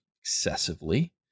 excessively